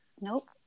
Nope